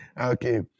Okay